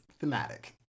thematic